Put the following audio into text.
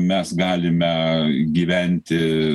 mes galime gyventi